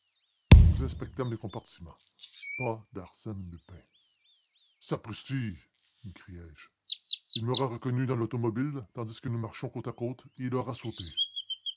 nous inspectâmes les compartiments pas d'arsène lupin sapristi m'écriai-je il m'aura reconnu dans l'automobile tandis que nous marchions côte à côte et il aura sauté